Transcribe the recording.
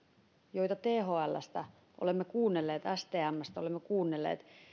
joita thlstä olemme kuunnelleet stmstä olemme kuunnelleet